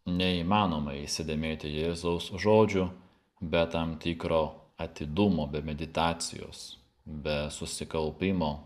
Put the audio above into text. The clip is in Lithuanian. neįmanoma įsidėmėti jėzaus žodžių be tam tikro atidumo be meditacijos be susikaupimo